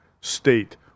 State